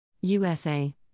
USA